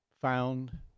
found